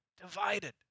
divided